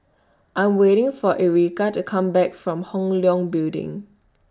I'm waiting For Erika to Come Back from Hong Leong Building